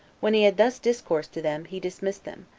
when he had thus discoursed to them, he dismissed them,